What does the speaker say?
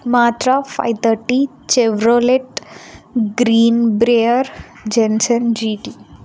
మాత్ర five thirty Chevrolet green Bayer Jensen G T